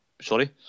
Sorry